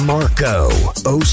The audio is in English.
Marco